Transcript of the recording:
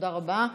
תודה רבה.